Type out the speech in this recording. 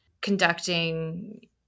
conducting